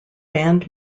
band